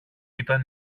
ήταν